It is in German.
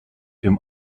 dem